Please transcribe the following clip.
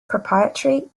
proprietary